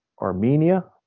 armenia